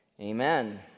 amen